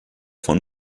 von